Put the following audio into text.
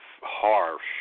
harsh